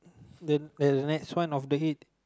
the the next one of the it